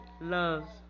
loves